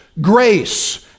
grace